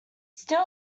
steel